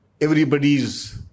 everybody's